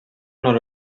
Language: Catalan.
nord